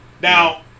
Now